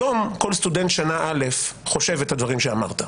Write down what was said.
היום, כל סטודנט שנה א' חושב את הדברים שאמרת.